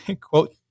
quote